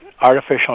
artificial